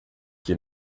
que